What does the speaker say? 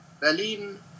Berlin